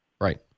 Right